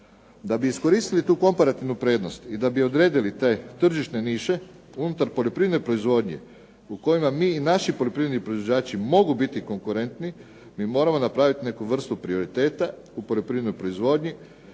Da bi iskoristili tu komparativnu prednost, da bi odredili te tržišne niše unutar poljoprivredne proizvodnje u kojima mi i naši poljoprivredni proizvođači mogu biti konkurentni mi moramo napraviti jednu vrstu prioriteta u poljoprivrednoj proizvodnji